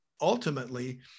ultimately